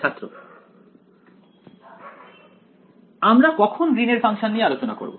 ছাত্র আমরা কখন গ্রীন এর ফাংশন নিয়ে আলোচনা করব